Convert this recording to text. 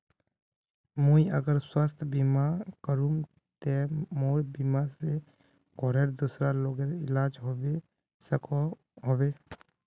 मुई अगर स्वास्थ्य बीमा करूम ते मोर बीमा से घोरेर दूसरा लोगेर इलाज होबे सकोहो होबे?